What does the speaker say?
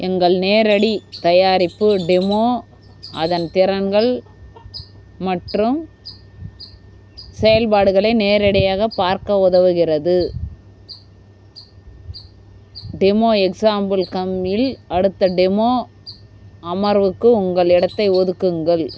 எங்கள் நேரடி தயாரிப்பு டெமோ அதன் திறன்கள் மற்றும் செயல்பாடுகளை நேரடியாகப் பார்க்க உதவுகிறது டெமோ எக்ஸ்சாம்பில் கம்மில் அடுத்த டெமோ அமர்வுக்கு உங்கள் இடத்தை ஒதுக்குங்கள்